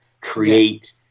create